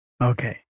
Okay